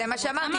זה מה שאמרתי,